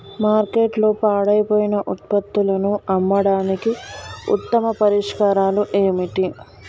మార్కెట్లో పాడైపోయిన ఉత్పత్తులను అమ్మడానికి ఉత్తమ పరిష్కారాలు ఏమిటి?